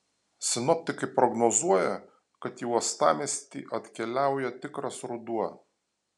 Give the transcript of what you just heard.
sinoptikai prognozuoja kad į uostamiestį atkeliauja tikras ruduo